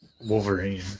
Wolverine